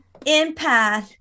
empath